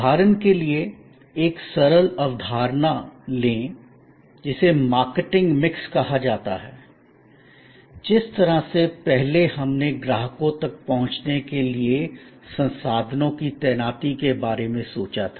उदाहरण के लिए एक सरल अवधारणा लें जिसे मार्केटिंग मिक्स कहा जाता है जिस तरह से पहले हमने ग्राहकों तक पहुंचने के लिए संसाधनों की तैनाती के बारे में सोचा था